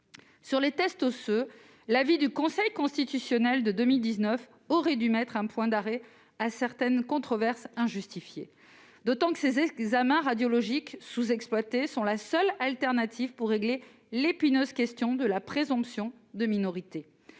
Sur les tests osseux, l'avis du Conseil constitutionnel de 2019 aurait dû mettre un terme à certaines controverses injustifiées, d'autant que ces examens radiologiques, sous-exploités, sont la seule solution pour régler l'épineuse question de la présomption de minorité.